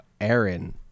aaron